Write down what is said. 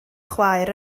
chwaer